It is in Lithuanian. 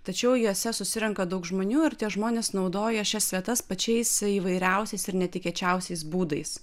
tačiau juose susirenka daug žmonių ir tie žmonės naudoja šias vietas pačiais įvairiausiais ir netikėčiausiais būdais